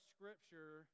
Scripture